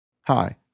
Hi